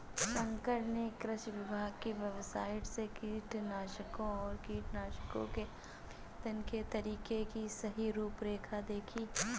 शंकर ने कृषि विभाग की वेबसाइट से कीटनाशकों और कीटनाशकों के आवेदन के तरीके की सही रूपरेखा देखी